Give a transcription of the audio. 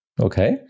Okay